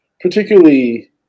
particularly